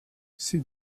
ces